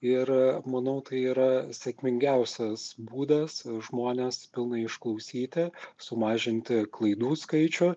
ir manau tai yra sėkmingiausias būdas žmones pilnai išklausyti sumažinti klaidų skaičių